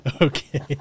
Okay